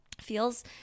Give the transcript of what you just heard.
feels